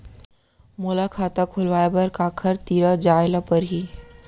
मोला खाता खोलवाय बर काखर तिरा जाय ल परही?